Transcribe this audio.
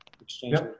exchange